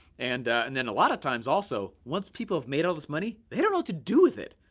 and and then a lot of times also, once people have made all this money, they don't know to do with it.